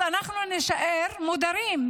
אז אנחנו נישאר מודרים.